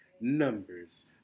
Numbers